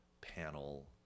panel